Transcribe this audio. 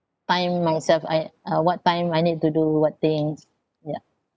time myself I uh what time I need to do what things yeah